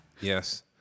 yes